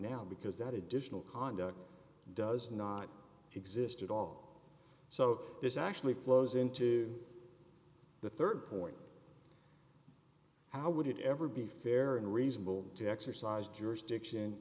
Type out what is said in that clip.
now because that additional conduct does not exist at all so this actually flows into the rd point how would it ever be fair and reasonable to exercise jurisdiction